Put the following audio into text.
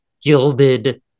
gilded